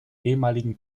ehemaligen